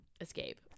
Escape